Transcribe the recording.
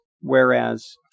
Whereas